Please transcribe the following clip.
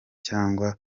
cyangwa